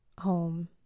home